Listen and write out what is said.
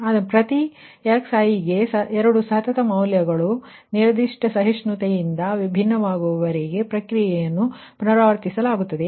ಆದ್ದರಿಂದ ಪ್ರತಿ xi ಗೆ 2 ಸತತ ಮೌಲ್ಯಗಳು ನಿರ್ದಿಷ್ಟ ಸಹಿಷ್ಣುತೆಯಿಂದ ಭಿನ್ನವಾಗುವವರೆಗೆ ಪ್ರಕ್ರಿಯೆಯನ್ನು ಪುನರಾವರ್ತಿಸಲಾಗುತ್ತದೆ